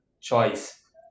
choice